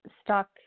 stuck